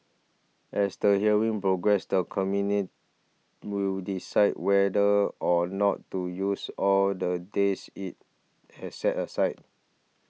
as the hearings progress the Committee will decide whether or not to use all the days it has set aside